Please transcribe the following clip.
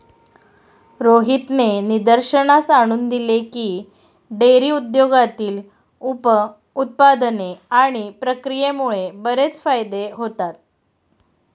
रोहितने निदर्शनास आणून दिले की, डेअरी उद्योगातील उप उत्पादने आणि प्रक्रियेमुळे बरेच फायदे होतात